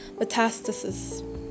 metastasis